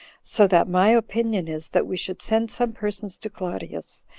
so that my opinion is, that we should send some persons to claudius,